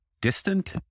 distant